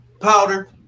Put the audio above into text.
powder